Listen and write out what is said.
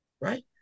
Right